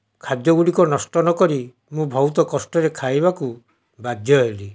ଖାଦ୍ୟ ଗୁଡ଼ିକ ନଷ୍ଟ ନ କରି ମୁଁ ବହୁତ କଷ୍ଟରେ ଖାଇବାକୁ ବାଧ୍ୟ ହେଲି